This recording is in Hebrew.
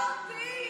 מבזה אותי.